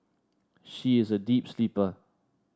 she is a deep sleeper